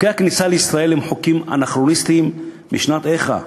חוקי הכניסה לישראל הם חוקים אנכרוניסטיים משנת איכה,